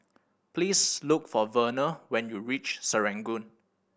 please look for Werner when you reach Serangoon